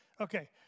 Okay